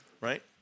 right